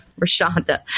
Rashonda